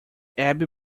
abbey